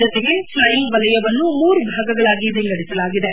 ಜತೆಗೆ ಫ್ಲೈಯಿಂಗ್ ವಲಯವನ್ನು ಮೂರು ಭಾಗಗಳಾಗಿ ವಿಂಗಡಿಸಲಾಗಿದೆ